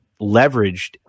leveraged